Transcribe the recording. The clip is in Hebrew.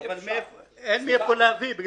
אבל אין מאיפה להביא.